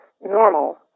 normal